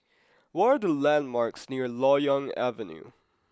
what are the landmarks near Loyang Avenue